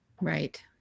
Right